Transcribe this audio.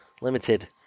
Limited